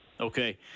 Okay